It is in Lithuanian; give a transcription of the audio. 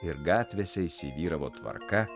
ir gatvėse įsivyravo tvarka